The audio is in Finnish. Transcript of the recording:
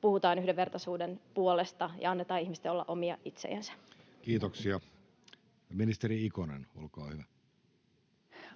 puhutaan yhdenvertaisuuden puolesta ja annetaan ihmisten olla omia itsejänsä. Kiitoksia. — Ministeri Ikonen, olkaa hyvä.